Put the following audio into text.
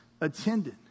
attended